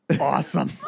awesome